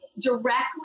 directly